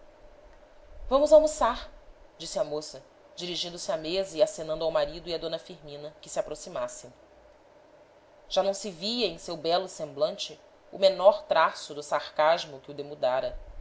vamos almoçar disse a moça dirigindo-se à mesa e acenando ao marido e a d firmina que se aproximassem já não se via em seu belo semblante o menor traço do sarcasmo que o demudara